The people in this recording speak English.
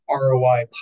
roi